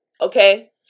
Okay